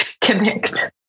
connect